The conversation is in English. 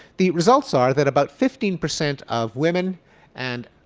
the results are that about fifteen percent of women and